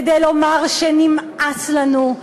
כדי לומר שנמאס לנו.